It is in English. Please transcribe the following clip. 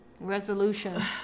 Resolution